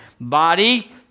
body